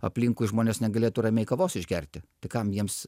aplinkui žmonės negalėtų ramiai kavos išgerti tai kam jiems